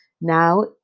Now